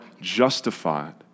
justified